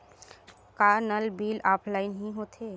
का नल bill offline हि होथे?